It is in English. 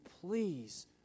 please